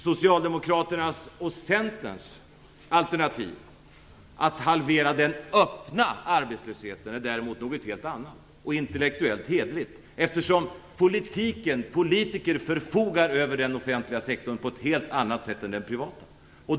Socialdemokraternas och Centerns alternativ, att halvera den öppna arbetslösheten, är däremot något helt annat och intellektuellt hederligt eftersom politiker förfogar över den offentliga sektorn på ett helt annat sätt än den privata.